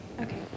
Okay